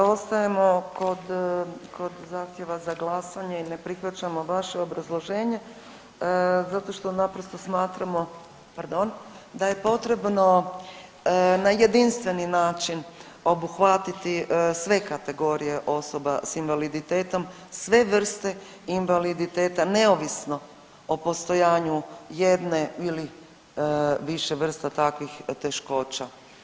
Ostajemo kod zahtjeva za glasanje i ne prihvaćamo vaše obrazloženje zato što naprosto smatramo da je potrebno na jedinstveni način obuhvatiti sve kategorije osoba sa invaliditetom, sve vrste invaliditeta neovisno o postojanju jedne ili više vrsta takvih teškoća.